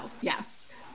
Yes